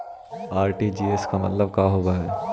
RTGS के मतलब का होव हई?